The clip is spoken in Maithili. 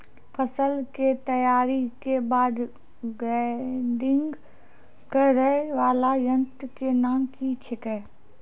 फसल के तैयारी के बाद ग्रेडिंग करै वाला यंत्र के नाम की छेकै?